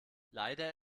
leider